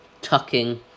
tucking